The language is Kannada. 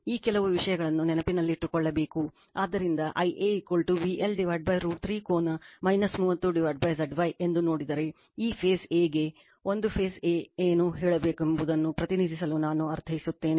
ಈ ಕೆಲವು ವಿಷಯಗಳನ್ನು ನೆನಪಿನಲ್ಲಿಟ್ಟುಕೊಳ್ಳಬೇಕು ಆದ್ದರಿಂದ Ia VL √ 3 ಕೋನ 30 Zy ಎಂದು ನೋಡಿದರೆ ಈ ಫೇಸ್ a ಗೆ ಒಂದು ಫೇಸ್ a ಏನು ಹೇಳಬೇಕೆಂಬುದನ್ನು ಪ್ರತಿನಿಧಿಸಲು ನಾನು ಅರ್ಥೈಸುತ್ತೇನೆ